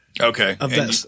Okay